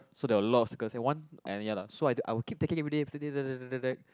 so there were a lot of stickers and one and ya lah so I I would keep taking everyday